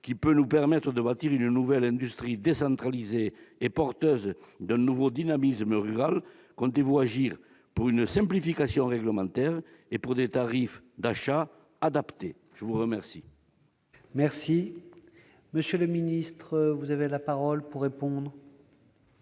qui peut nous permettre de bâtir une nouvelle industrie décentralisée et porteuse d'un nouveau dynamisme rural, comptez-vous agir pour une simplification réglementaire et pour des tarifs d'achat adaptés ? Très bien ! La parole est à M. le ministre d'État. Monsieur le